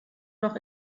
noch